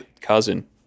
cousin